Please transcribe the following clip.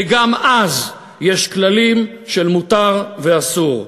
וגם אז יש כללים של מותר ואסור.